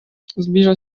zbliża